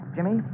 Jimmy